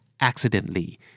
accidentally